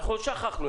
לא שכחנו,